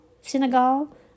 Senegal